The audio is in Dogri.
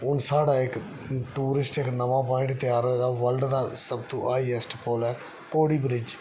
हून स्हाड़ा एक्क टूरिस्ट नमां प्वाइंट तैयार होए दा वर्ल्ड दा सबतूं हाइएस्ट ब्रिज ऐ घोड़ी ब्रिज